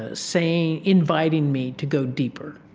ah saying inviting me to go deeper.